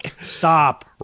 Stop